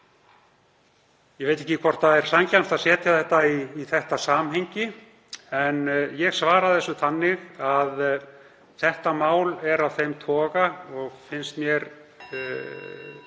Ég veit ekki hvort það er sanngjarnt að setja það í þetta samhengi, en ég svara þessu þannig að þetta mál er af þeim toga (Forseti